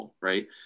right